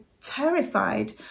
terrified